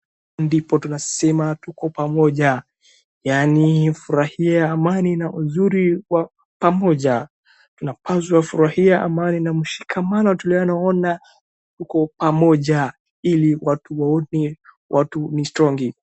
Ndipo tunasema tuko pamoja. Yaani furahia amani na uzuri wa pamoja. Tunapswa furahia amani na mshikamano tunaoona tuko pamoja. Ili watu waone watu ni strongi.